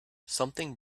something